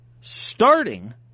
starting